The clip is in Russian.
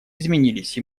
изменились